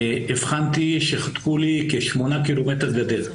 הבחנתי שחתכו לי כ-8 ק"מ גדר.